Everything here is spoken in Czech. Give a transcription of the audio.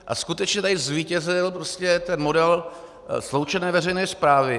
A skutečně tady zvítězil ten model sloučené veřejné správy.